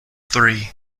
three